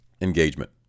Engagement